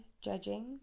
judging